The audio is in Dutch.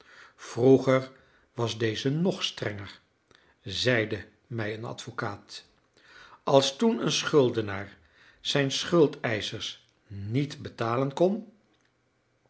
vroeger was deze nog strenger zeide mij een advocaat als toen een schuldenaar zijn schuldeischers niet betalen kon